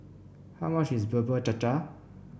how much is Bubur Cha Cha